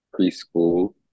preschool